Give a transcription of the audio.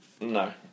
No